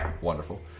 Wonderful